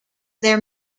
there